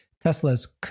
Tesla's